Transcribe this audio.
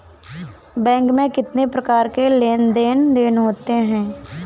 Bank में कितनी प्रकार के लेन देन देन होते हैं?